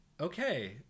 Okay